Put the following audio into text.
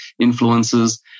influences